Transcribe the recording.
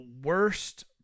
worst